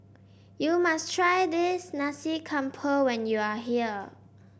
you must try this Nasi Campur when you are here